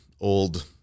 old